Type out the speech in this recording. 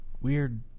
weird